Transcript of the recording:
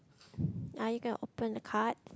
I got open the card